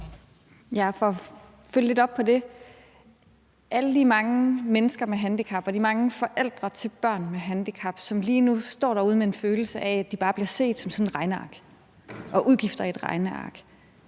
Jeg vil følge lidt op på det. Hvad angår alle de mange mennesker med handicap og de mange forældre til børn med handicap, som lige nu står derude med en følelse af, at de bare bliver set som et regneark, som udgifter i et regneark,